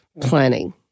planning